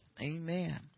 Amen